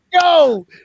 go